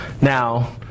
Now